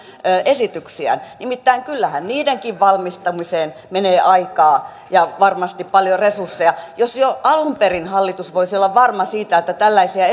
esityksiä nimittäin kyllähän niidenkin valmistamiseen menee aikaa ja varmasti paljon resursseja jos jo alun perin hallitus voisi olla varma siitä että tällaisia